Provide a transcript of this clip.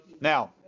Now